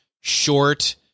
short